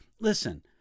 Listen